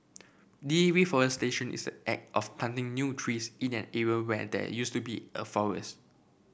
reforestation is act of planting new trees in an area where there used to be a forest